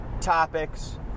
topics